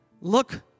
look